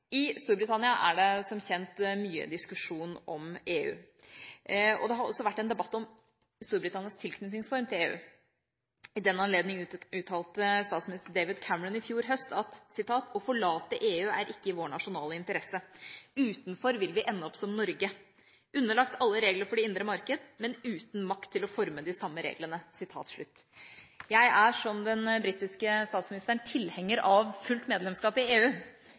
I Storbritannia er det som kjent mye diskusjon om EU. Det har også vært en debatt om Storbritannias tilknytningsform til EU. I den anledning uttalte statsminister David Cameron i fjor høst at å forlate EU ikke er i deres nasjonale interesse. Utenfor vil de ende opp som Norge – underlagt alle regler for det indre marked, men uten makt til å forme de samme reglene. Jeg er, som den britiske statsministeren, tilhenger av fullt medlemskap i EU